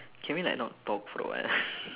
can we like not talk for a while